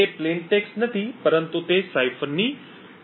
P એ સાદી text નથી પરંતુ તે સાઇફરની મધ્યવર્તી સ્થિતિ હોઈ શકે છે